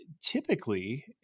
typically